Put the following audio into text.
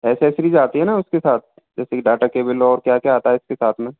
accessories आती है न उसके साथ जैसे कि डेटा केबल और क्या क्या आता है इसके साथ में